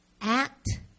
act